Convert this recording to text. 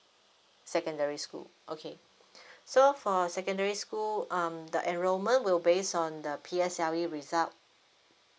secondary school okay so for secondary school um the enrollment will base on the P_S_L_E result